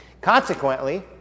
Consequently